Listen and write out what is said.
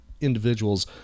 individuals